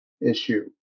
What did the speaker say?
issue